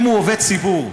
אם הוא עובד ציבור,